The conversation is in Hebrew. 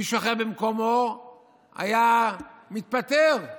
מישהו אחר במקומו היה מתפטר.